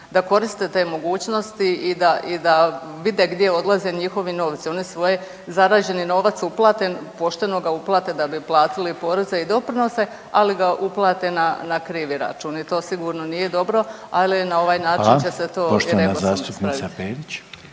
da koriste te mogućnosti i da vide gdje odlaze njihovi novci. Oni svoj zarađeni novac uplate, pošteno ga uplate da bi platili poreze i doprinose, ali ga uplate na krivi račun i to sigurno nije dobro, ali na ovaj način će se to …/Upadica: